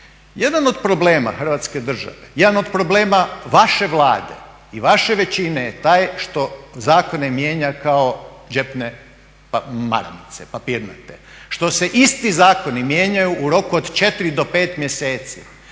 Jedan od problema Hrvatske države, jedan od problema vaše Vlade i vaše većine je taj što zakone mijenja kao džepne maramice, papirnate, što se isti zakoni mijenjaju u roku od 4 do 5 mjeseci,